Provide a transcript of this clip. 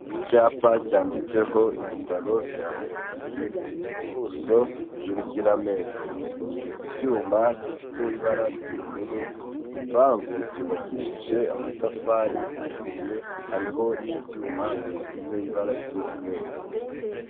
Icyapa cyanditseho ibitaro bya Ruhengeri, kiri mu buso bw'urukiramende, kiri ku cyuma gifite ibara ry'ubururu, igipangu cyubakishije amatafari ahiye, hariho n'ibyuma bisize ibara ry'umweru.